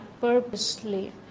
purposely